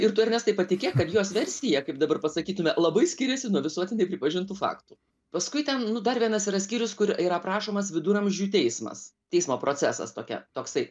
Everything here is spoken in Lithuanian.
ir tu ernestai patikėk kad jos versija kaip dabar pasakytumėme labai skiriasi nuo visuotinai pripažintų faktų paskui ten nu dar vienas yra skyrius kur yra aprašomas viduramžių teismas teismo procesas tokia toksai